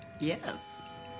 Yes